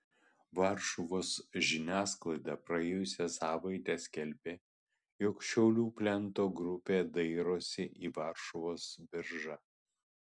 varšuvos žiniasklaida praėjusią savaitę skelbė jog šiaulių plento grupė dairosi į varšuvos biržą